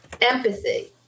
empathy